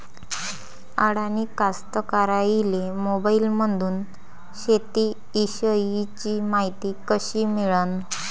अडानी कास्तकाराइले मोबाईलमंदून शेती इषयीची मायती कशी मिळन?